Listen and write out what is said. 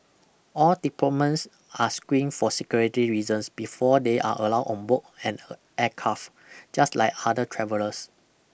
all diplomens are screened for security reasons before they are allowed on boat and a aircraft just like other travellers